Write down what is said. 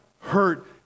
hurt